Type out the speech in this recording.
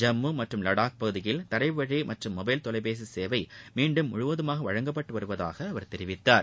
ஜம்மு மற்றும் வடாக் பகுதியில் தரைவழி மற்றும் மொபைல் தொலைபேசி சேவை மீண்டும் முழுவதுமாக வழங்கப்பட்டு வருவதாக அவர் கூறினார்